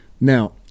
Now